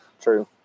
true